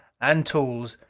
and tools.